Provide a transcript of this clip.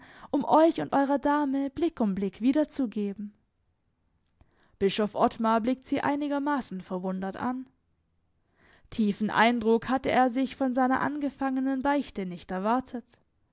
um euch und eurer dame blick um blick wiederzugeben bischof ottmar blickt sie einigermaßen verwundert an tiefen eindruck hatte er sich von seiner angefangenen beichte nicht erwartet